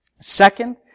Second